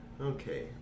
Okay